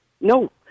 No